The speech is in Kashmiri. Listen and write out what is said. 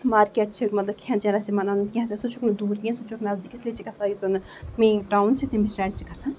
مارکیٹ چھِ کھٮ۪ن چٮ۪ن آسہِ یِمن انُن کینٛہہ آسیٚکھ سُہ چھُکھ نہٕ درو کیٚنہہ سُہ چھُ نزدیٖک اس لیے چھُ گژھان یُس زن مین ٹون چھُ تِم چھِ گژھان